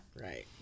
right